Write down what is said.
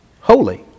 holy